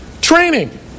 Training